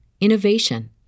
innovation